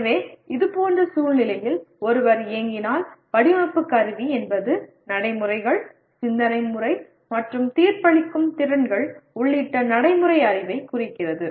எனவே இதுபோன்ற சூழ்நிலையில் ஒருவர் இயங்கினால் வடிவமைப்பு கருவி என்பது நடைமுறைகள் சிந்தனை முறை மற்றும் தீர்ப்பளிக்கும் திறன்கள் உள்ளிட்ட நடைமுறை அறிவைக் குறிக்கிறது